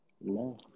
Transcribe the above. No